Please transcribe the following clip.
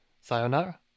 sayonara